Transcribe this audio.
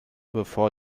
bevor